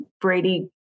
brady